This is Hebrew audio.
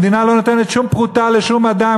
המדינה לא נותנת שום פרוטה לשום אדם.